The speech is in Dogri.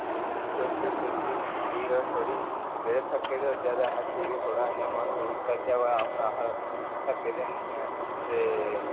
सुस्ती सुस्ती फील होऐ थोडी जेहडे थक्के दे होचे ते अश ठीक थोडा इयां महसुस करचे ते हून अस थक्के दै है नी ऐ ते